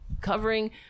covering